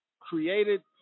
created